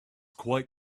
quite